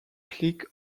click